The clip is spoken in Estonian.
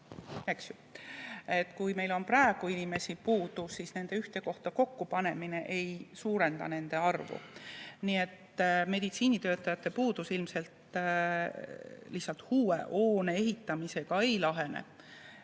Kui meil on praegu inimesi puudu, siis nende ühte kohta kokku panemine ei suurenda nende arvu. Nii et meditsiinitöötajate puudus ilmselt uue hoone ehitamisega ei lahene.